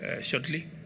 shortly